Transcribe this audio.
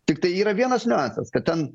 tiktai yra vienas niuansas kad ten